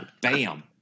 bam